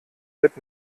mit